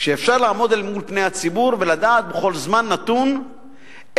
שאפשר לעמוד אל מול פני הציבור ולדעת בכל זמן נתון איך